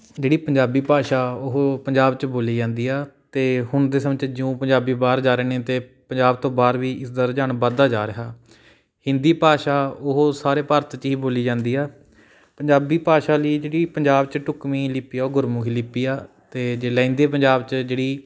ਜਿਹੜੀ ਪੰਜਾਬੀ ਭਾਸ਼ਾ ਉਹ ਪੰਜਾਬ 'ਚ ਬੋਲੀ ਜਾਂਦੀ ਆ ਅਤੇ ਹੁਣ ਦੇ ਸਮੇਂ 'ਚ ਜਿਉਂ ਪੰਜਾਬੀ ਬਾਹਰ ਜਾ ਰਹੇ ਨੇ ਅਤੇ ਪੰਜਾਬ ਤੋਂ ਬਾਹਰ ਵੀ ਇਸ ਦਾ ਰੁਝਾਨ ਵੱਧਦਾ ਜਾ ਰਿਹਾ ਹਿੰਦੀ ਭਾਸ਼ਾ ਉਹ ਸਾਰੇ ਭਾਰਤ 'ਚ ਹੀ ਬੋਲੀ ਜਾਂਦੀ ਆ ਪੰਜਾਬੀ ਭਾਸ਼ਾ ਲਈ ਜਿਹੜੀ ਪੰਜਾਬ 'ਚ ਢੁਕਵੀਂ ਲਿਪੀ ਆ ਉਹ ਗੁਰਮੁਖੀ ਲਿਪੀ ਆ ਅਤੇ ਲਹਿੰਦੇ ਪੰਜਾਬ 'ਚ ਜਿਹੜੀ